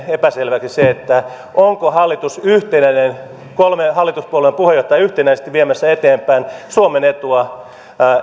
epäselväksi se onko hallitus yhtenäinen kolme hallituspuolueen puheenjohtajaa yhtenäisesti viemässä eteenpäin suomen etua